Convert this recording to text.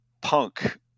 punk